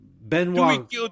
Benoit